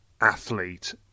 athlete